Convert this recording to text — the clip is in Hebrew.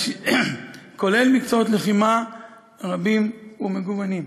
כולל מקצועות לחימה רבים ומגוונים.